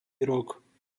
rok